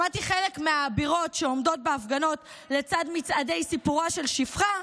שמעתי חלק מהאבירות שעומדות בהפגנות לצד מצעדי "סיפורה של שפחה",